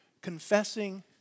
confessing